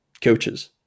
coaches